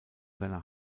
seiner